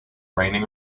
raining